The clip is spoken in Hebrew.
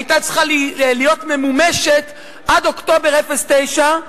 היתה צריכה להיות ממומשת עד אוקטובר 2009,